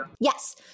yes